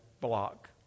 block